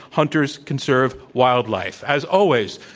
hunters conserve wildlife. as always,